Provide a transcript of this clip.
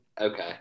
Okay